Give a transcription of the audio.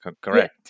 correct